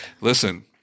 Listen